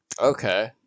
Okay